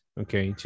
okay